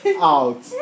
out